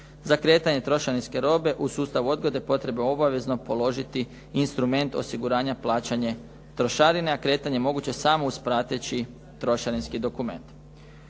Za kretanje trošarinske robe u sustavu odgode potrebno je obavezno položiti instrument osiguranja plaćanja trošarine, a kretanje je moguće samo uz prateći trošarinski dokument.